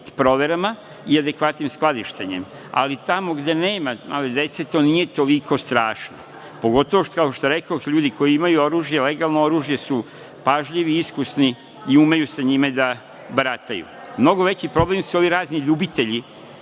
proverama i adekvatnim skladištenjem, ali tamo gde nema male dece to nije toliko strašno, pogotovo, kao što rekoh, ljudi koji imaju oružje, legalno oružje, su pažljivi i iskusni i umeju sa njime da barataju. Mnogo veći problem su ovi razni ljubitelji